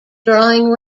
drawing